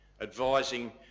advising